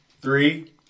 three